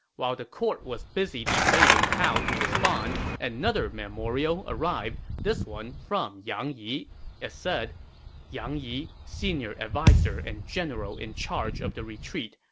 while the court was busy debating how to respond, another memorial arrived, this one from yang yi. it said yang yi, senior adviser and general in charge of the retreat,